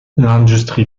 l’industrie